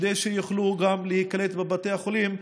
כדי שיוכלו גם להיקלט בבתי החולים.